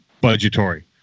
budgetary